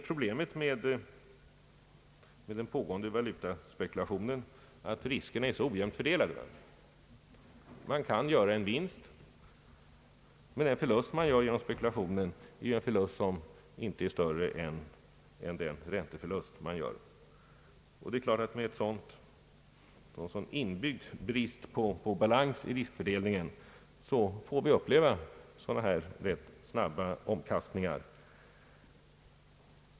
Problemet med den pågående valutaspekulationen är, att riskerna är så ojämnt fördelade. Man kan göra en vinst, medan den förlust man gör genom spekulationen är en begränsad ränteförlust. Det är klart att vi med en sådan brist på balans när det gäller fördelningen av riskerna får uppleva sådana här ganska snabba omkastningar.